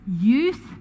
youth